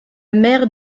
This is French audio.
mère